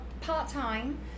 part-time